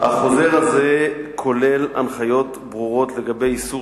החוזר הזה כולל הנחיות ברורות לגבי איסור